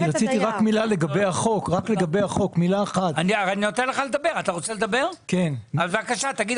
בבקשה.